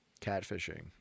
catfishing